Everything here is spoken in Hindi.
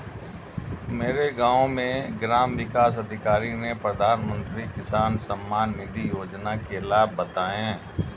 मेरे गांव में ग्राम विकास अधिकारी ने प्रधानमंत्री किसान सम्मान निधि योजना के लाभ बताएं